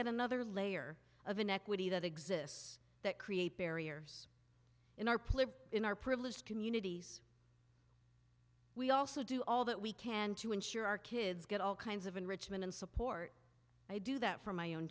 yet another layer of inequity that exists that create barriers in our place in our privileged communities we also do all that we can to ensure our kids get all kinds of enrichment and support i do that for my own